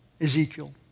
Ezekiel